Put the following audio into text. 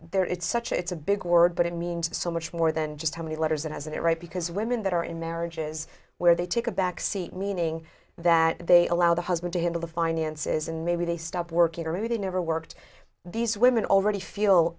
they're it's such a it's a big word but it means so much more than just how many letters it has and it right because women that are in marriages where they take a back seat meaning that they allow the husband to handle the finances and maybe they stop working or maybe they never worked these women already feel